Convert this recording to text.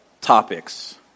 topics